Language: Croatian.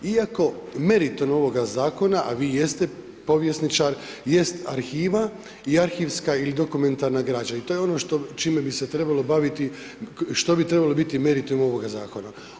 Iako meritum ovoga zakona, a vi jeste povjesničar, jest arhiva i arhivska ili dokumentarna građa i to je ono čime bi se trebalo baviti, što bi trebalo biti meritum ovoga zakona.